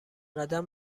قدم